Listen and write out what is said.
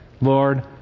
Lord